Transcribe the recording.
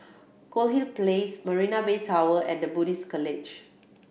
Goldhill Place Marina Bay Tower and The Buddhist College